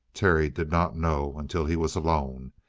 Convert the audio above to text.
terry did not know until he was alone.